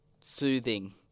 soothing